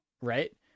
Right